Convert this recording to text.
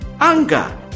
Anger